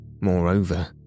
Moreover